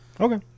Okay